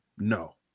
No